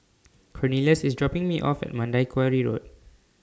Cornelious IS dropping Me off At Mandai Quarry Road